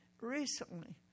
recently